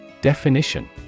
Definition